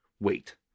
Wait